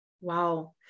Wow